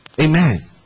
Amen